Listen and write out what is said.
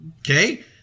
Okay